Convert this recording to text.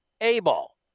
A-Ball